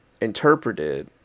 interpreted